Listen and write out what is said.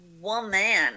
woman